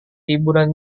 liburan